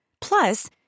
Plus